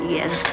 Yes